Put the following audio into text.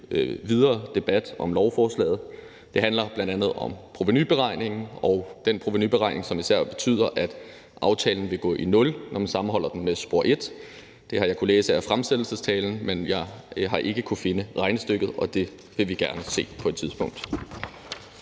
videre debat om lovforslaget. Det handler bl.a. om provenuberegningen og den provenuberegning, som især betyder, at aftalen vil gå i nul, når man sammenholder den med spor et. Det har jeg kunnet læse af fremsættelsestalen, men jeg har ikke kunnet finde regnestykket, og det vil vi gerne se på et tidspunkt.